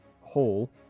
hole